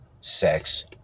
sex